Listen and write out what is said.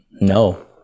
No